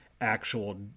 actual